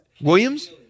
Williams